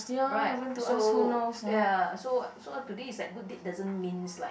right so ya so so today is like good deed doesn't means like